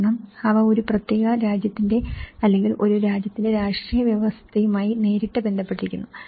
കാരണം അവ ഒരു പ്രത്യേക രാജ്യത്തിന്റെ അല്ലെങ്കിൽ ഒരു രാജ്യത്തിന്റെ രാഷ്ട്രീയ വ്യവസ്ഥയുമായി നേരിട്ട് ബന്ധപ്പെട്ടിരിക്കുന്നു